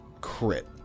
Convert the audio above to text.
crit